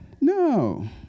No